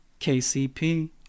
KCP